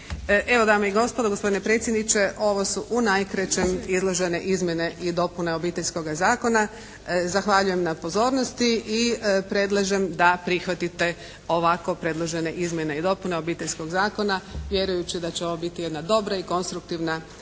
Evo dame i gospodo, gospodine predsjedniče ovo su u najkraćem izložene izmjene i dopune Obiteljskoga zakona. Zahvaljujem na pozornosti i predlažem da prihvatite ovako predložene izmjene i dopune Obiteljskog zakona, vjerujući da će ovo biti jedna dobra i konstruktivna rasprava,